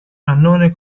cannone